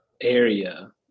area